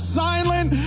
silent